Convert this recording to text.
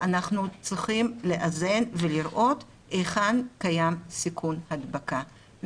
אנחנו צריכים לאזן ולראות היכן קיים סיכוי הדבקה.